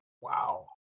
Wow